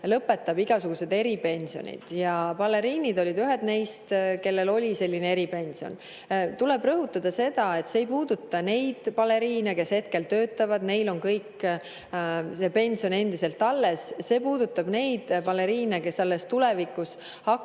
lõpetab igasugused eripensionid. Baleriinid olid ühed neist, kellel oli selline eripension. Tuleb rõhutada, et see ei puuduta neid baleriine, kes praegu töötavad, neil on see pension endiselt alles, see puudutab neid baleriine, kes alles tulevikus hakkavad